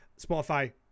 spotify